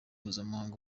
mpuzamahanga